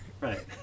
Right